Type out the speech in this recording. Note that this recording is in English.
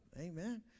amen